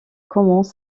commence